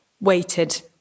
waited